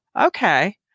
okay